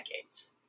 decades